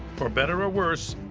for better or worse,